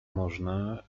można